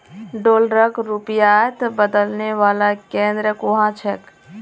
डॉलरक रुपयात बदलने वाला केंद्र कुहाँ छेक